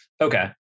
Okay